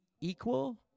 Equal